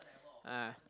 ah